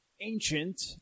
Ancient